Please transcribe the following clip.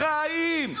בחיים.